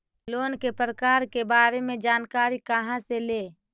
Loan के प्रकार के बारे मे जानकारी कहा से ले?